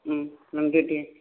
लोंदो दे